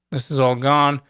this is all gone.